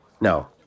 No